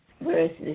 verses